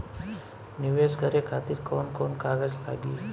नीवेश करे खातिर कवन कवन कागज लागि?